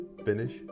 Finish